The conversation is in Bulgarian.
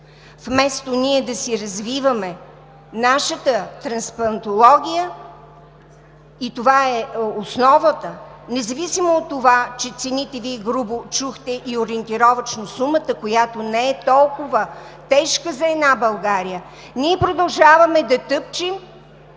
Вместо да си развиваме нашата трансплантология, и това е основата, независимо от това, че цените – Вие чухте грубо, ориентировъчно сумата, която не е толкова тежка за една България, ние продължаваме да тъпчем